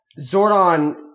Zordon